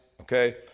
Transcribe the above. okay